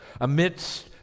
amidst